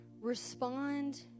respond